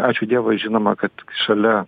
ačiū dievui žinoma kad šalia